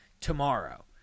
tomorrow